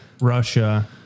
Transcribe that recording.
Russia